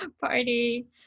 party